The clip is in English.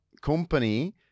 company